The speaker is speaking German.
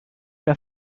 mehr